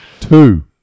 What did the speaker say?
Two